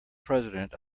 president